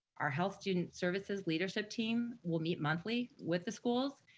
our health student services leadership team will meet monthly with the schools,